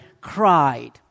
cried